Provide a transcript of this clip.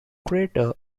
crater